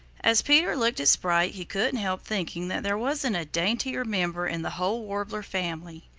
as peter looked at sprite he couldn't help thinking that there wasn't a daintier member in the whole warbler family.